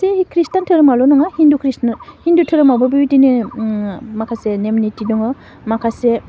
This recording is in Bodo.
जे खृष्टान धोरोमावल' नङा हिन्दु कृष्ण हिन्दु धोरोमावबो बेबायदिनो ओह माखासे नेम निथि दङ माखासे